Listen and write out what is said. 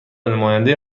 نماینده